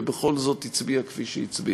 ובכל זאת הצביע כפי שהצביע.